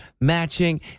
Matching